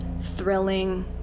thrilling